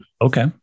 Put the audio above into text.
Okay